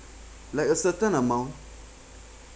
like a certain amount